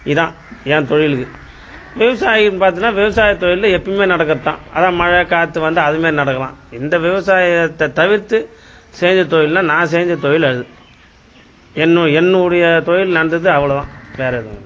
இதான் ஏன் தொழிலுக்கு விவசாயம் பார்த்தீங்கன்னா விவசாய தொழிலில் எப்பயுமே நடக்கிறது தான் அதான் மழை காத்து வந்து அதுமாதிரி நடக்கலாம் இந்த விவசாயத்தை தவிர்த்து செய்த தொழில்னா நான் செஞ்ச தொழில் அது என்னு என்னுடைய தொழில் நடந்தது அவ்வளோ தான் வேற எதுவும் இல்லை